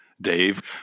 Dave